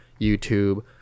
YouTube